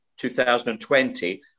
2020